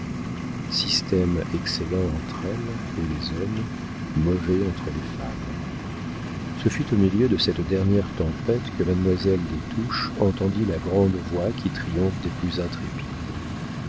système excellent entre elles et les hommes mauvais entre les femmes ce fut au milieu de cette dernière tempête que mademoiselle des touches entendit la grande voix qui triomphe des plus intrépides